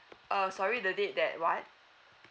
uh sorry the day that what